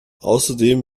außerdem